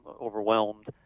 overwhelmed